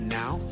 now